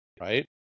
right